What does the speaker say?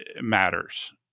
matters